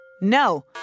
no